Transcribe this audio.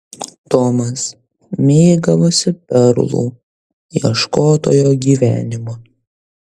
tomas mėgavosi perlų ieškotojo gyvenimu